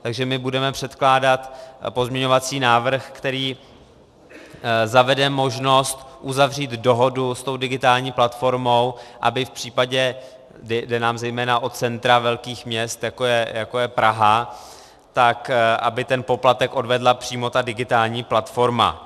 Takže my budeme předkládat pozměňovací návrh, který zavede možnost uzavřít dohodu s tou digitální platformou jde nám zejména o centra velkých měst, jako je Praha tak aby ten poplatek odvedla přímo ta digitální platforma.